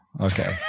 Okay